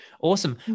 awesome